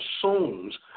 assumes